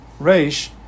Reish